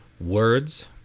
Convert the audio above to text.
words